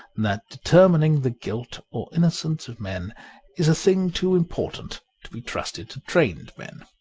that determining the guilt or inno cence of men is a thing too important to be trusted to trained men.